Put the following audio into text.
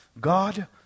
god